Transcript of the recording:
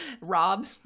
rob